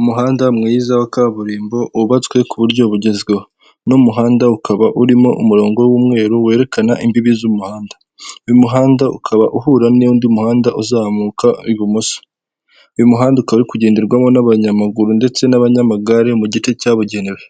Umuhanda mwiza wa kaburimbo wubatswe ku buryo bugezweho, uno muhanda ukaba urimo umurongo w'umweru werekana imbibi z'umuhanda, uyu muhanda ukaba uhura n'undi muhanda uzamuka ibumoso, uyu muhanda ukaba uri kugenderwamo n'abanyamaguru ndetse n'abanyamagare mu gice cyabugenewe,